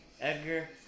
Edgar